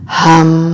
hum